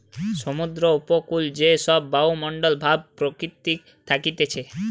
সমুদ্র উপকূলে যে সব বায়ুমণ্ডল ভাব প্রকৃতিতে থাকতিছে